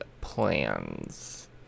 plans